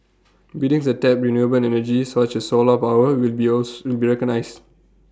buildings A tap renewable energy such as solar power will be owls will be recognised